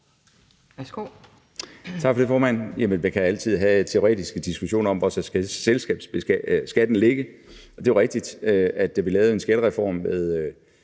Værsgo.